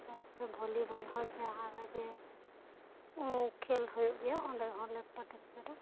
ᱟᱨ ᱵᱷᱚᱞᱤ ᱵᱚᱞ ᱦᱚᱸ ᱡᱟᱦᱟᱸ ᱨᱮᱜᱮ ᱠᱷᱮᱞ ᱦᱩᱭᱩᱜ ᱜᱮᱭᱟ ᱚᱸᱰᱮ ᱦᱚᱞᱮ ᱯᱟᱨᱴᱤᱥᱤᱯᱮᱴᱟ